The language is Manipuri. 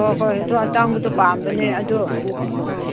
ꯑꯣ ꯍꯣꯏ ꯑꯗꯨ ꯑꯇꯥꯡꯕꯗꯨ ꯄꯥꯝꯕꯅꯦ ꯑꯗꯨ ꯑꯥ